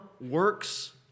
works